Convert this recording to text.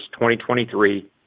2023